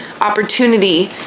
opportunity